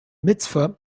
mitzvah